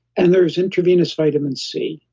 and there's intravenous vitamin c.